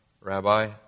Rabbi